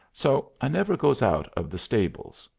so i never goes out of the stables.